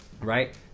Right